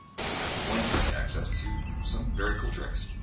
you'll have one-click access to some very cool tricks.